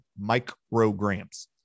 micrograms